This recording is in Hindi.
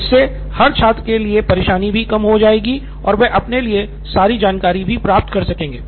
इससे हर छात्र के लिए परेशानी भी कम हो जाएगी और वह अपने लिए सारी जानकारी भी प्राप्त कर सकेंगे